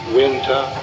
winter